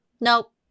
nope